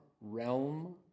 realm